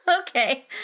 Okay